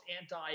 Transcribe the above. anti